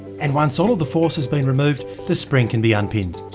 and once all of the force has been removed, the spring can be unpinned.